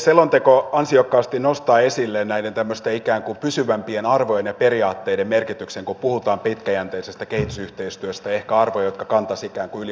selonteko ansiokkaasti nostaa esille näiden tämmöisten ikään kuin pysyvämpien arvojen ja periaatteiden merkityksen kun puhutaan pitkäjänteisestä kehitysyhteistyöstä ehkä arvojen jotka kantaisivat yli hallituskausien